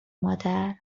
مادر